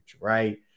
right